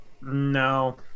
No